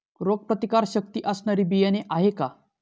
रोगप्रतिकारशक्ती असणारी बियाणे आहे का?